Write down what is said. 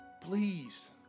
Please